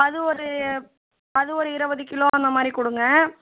அது ஒரு அது ஒரு இருவது கிலோ அந்த மாதிரி கொடுங்க